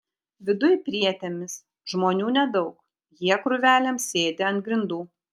viduj prietėmis žmonių nedaug jie krūvelėm sėdi ant grindų